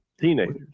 teenagers